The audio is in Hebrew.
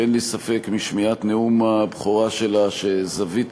שאין לי ספק משמיעת נאום הבכורה שלה שזווית